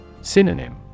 Synonym